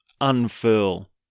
unfurl